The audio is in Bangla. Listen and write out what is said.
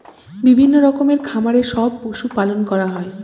বিভিন্ন রকমের খামারে সব পশু পালন করা হয়